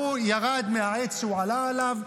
הוא ירד מהעץ שהוא עלה עליו,